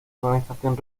organización